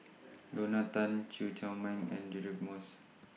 Lorna Tan Chew Chor Meng and Deirdre Moss